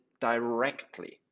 directly